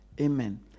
Amen